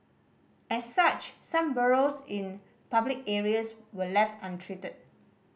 as such some burrows in public areas were left untreated